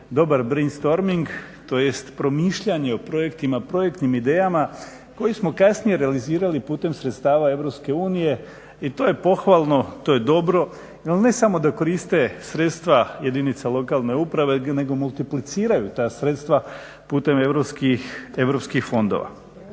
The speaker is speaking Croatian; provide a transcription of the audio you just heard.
dobar brain storming tj. promišljanje o projektima, projektnim idejama koji smo kasnije realizirali putem sredstava Europske unije i to je pohvalno, to je dobro, jer ne samo da koriste sredstva jedinica lokalne uprave nego multipliciraju ta sredstva putem europskih fondova.